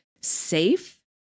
safe